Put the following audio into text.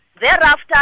Thereafter